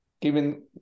Given